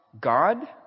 God